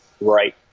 right